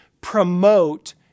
Promote